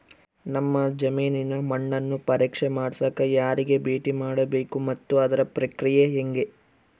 ನಮ್ಮ ಜಮೇನಿನ ಮಣ್ಣನ್ನು ಪರೇಕ್ಷೆ ಮಾಡ್ಸಕ ಯಾರಿಗೆ ಭೇಟಿ ಮಾಡಬೇಕು ಮತ್ತು ಅದರ ಪ್ರಕ್ರಿಯೆ ಹೆಂಗೆ?